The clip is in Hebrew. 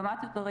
לעומת זאת,